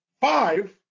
five